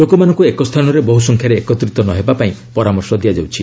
ଲୋକମାନଙ୍କୁ ଏକ ସ୍ଥାନରେ ବହୁ ସଂଖ୍ୟାରେ ଏକତ୍ରିତ ନ ହେବାପାଇଁ ପରାମର୍ଶ ଦିଆଯାଉଛି